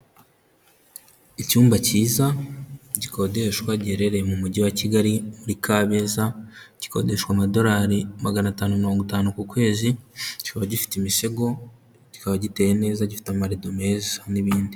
Icyumba cyiza gikodeshwa, giherereye mu mujyi wa Kigali muri Kabeza; gikodeshwa amadorari magana atanu mirongo itanu ku kwezi, kikaba gifite imisego, kikaba giteye neza, gifite amarido meza n'ibindi.